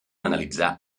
analitzar